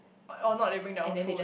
or not labelling their own food